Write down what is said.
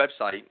website